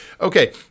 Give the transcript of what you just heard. Okay